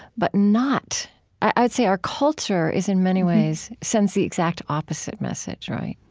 but not i'd say our culture is in many ways, sends the exact opposite message, right?